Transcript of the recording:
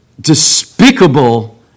despicable